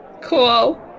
cool